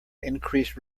increased